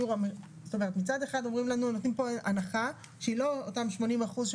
מצד אחד נותנים פה הנחה שהיא לא אותם 80% כמו